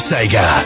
Sega